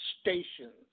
stations